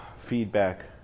feedback